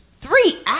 three